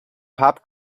pop